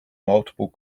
multiple